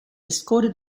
escorted